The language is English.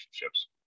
relationships